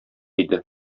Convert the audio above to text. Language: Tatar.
иде